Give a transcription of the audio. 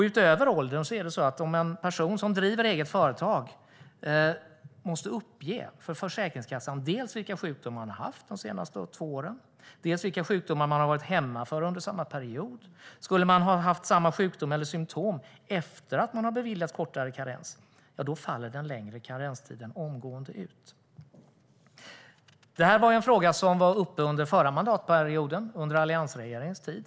Utöver åldern är det så att en person som driver eget företag måste uppge för Försäkringskassan dels vilka sjukdomar som man har haft de senaste två åren, dels vilka sjukdomar som man har varit hemma för under samma period. Skulle man ha haft samma sjukdom eller symtom efter att man har beviljats kortare karenstid börjar den längre karenstiden omgående att gälla. Detta var en fråga som var uppe under den förra mandatperioden, under alliansregeringens tid.